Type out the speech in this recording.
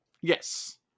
yes